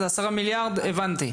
10 מיליארד הבנתי.